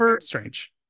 strange